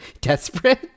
desperate